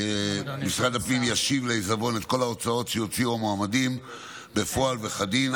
משרד הפנים ישיב לעיזבון את כל ההוצאות שהוציאו המועמדים בפועל וכדין,